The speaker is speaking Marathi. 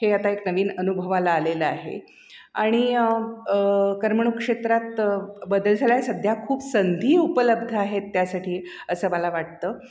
हे आता एक नवीन अनुभवाला आलेलं आहे आणि करमणूक क्षेत्रात बदल झाला आहे सध्या खूप संधी उपलब्ध आहेत त्यासाठी असं मला वाटतं